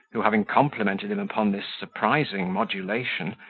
who, having complimented him upon this surprising modulation,